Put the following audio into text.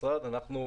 המצב.